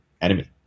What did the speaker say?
enemy